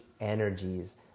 energies